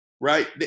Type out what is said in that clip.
right